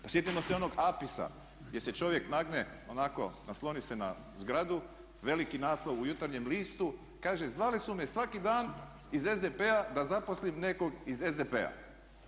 Pa sjetimo se onog APIS-a gdje se čovjek nagne, onako nasloni se na zgradu i veliki naslov u Jutarnjem listu, kaže zvali su me svaki dan iz SDP-a da zaposlim nekog iz SDP-a.